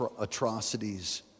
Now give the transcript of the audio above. atrocities